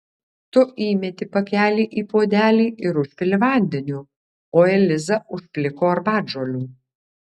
tu įmeti pakelį į puodelį ir užpili vandeniu o eliza užpliko arbatžolių